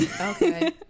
okay